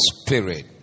spirit